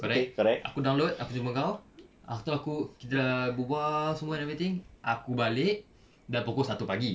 correct aku download aku jumpa kau after aku kita berbual semua and everything aku balik dah pukul satu pagi